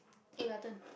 eh your turn